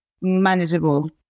manageable